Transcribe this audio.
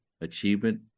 achievement